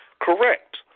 Correct